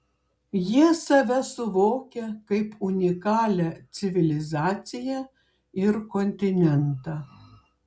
jie save suvokia kaip unikalią civilizaciją ir kontinentą